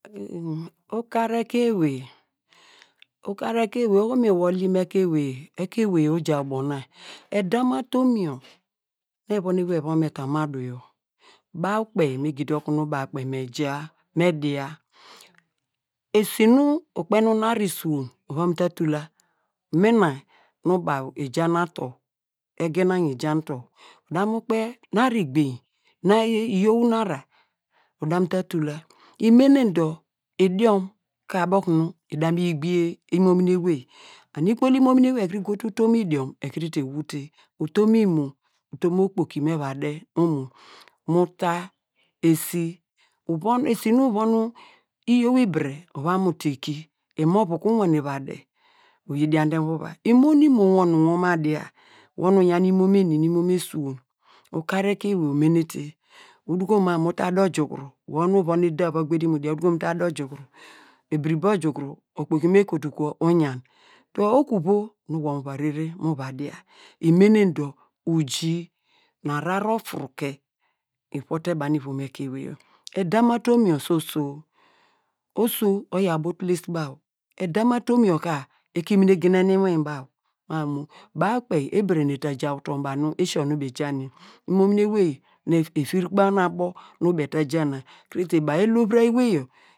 ukar ekein ewey ukar ekein ewey, oho nu mi wol yi mu ekein ewey yor ekein ewey oya ubo na, edam mu atumn yor nu evon ewey eva me ta mu adu yor baw kpe nu eja ta okunu baw kpe me ja me dia, esi nu ukpe nu nara isuwon ivom ta tula, mina nu ubaw eji na ator, egenei yor eja nu ator uda mu kpe nuru igbeny nu uyow nara udamu ta lala imemen dor idiom ka abo okunu ida mi yi gbiye imomini ewey on ikpol imomini ewey ego te utom idiom ekuru te enute, utom imo, utum okpoki nu me va de nu omo, mu ta esi, esi nu uvon iyow ibire uva mu ta eki, imova ka uwane va de uyi diante mu ivom uvai, dor imo nu imo nu imowor nu wor ma dia, wor nu uyan imomonen eny nu imomini isuwon, ukar ekein uwey omenete uduko mam mu ta de ojukuru, wor nu uvon eda uva gbe di mu dia, utam mu ta de ojukuru ibiribe ojukuru okpoki me kotu kwo uyan, dor okuvo nu wor mu va rere nu mu va dia imenen dor uji nu ahrar ofuruke i ivuwo te baw nu ivom ekein ewey yor, edam atom yor sosow, oso ayaw ubo otule se baw, edam atom yor ka okinune genene inwin baw mam mu baw kpe ebinene ta ja utor banu baw ejo, yor imomini ewey nu efir ku baw nu abo nu baw eta ja na krese baw elora ewey yor